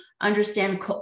understand